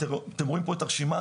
אתם רואים פה את הרשימה.